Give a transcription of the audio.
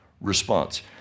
response